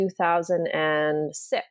2006